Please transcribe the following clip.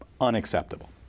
unacceptable